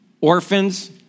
orphans